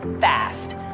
fast